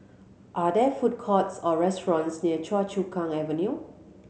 are there food courts or restaurants near Choa Chu Kang Avenue